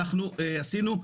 אנחנו עשינו,